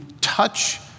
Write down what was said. touch